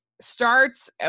starts